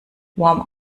warm